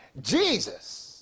Jesus